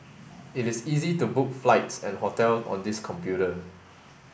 it is easy to book flights and hotels on this computer